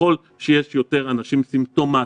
ככל שיש יותר אנשים סימפטומטיים,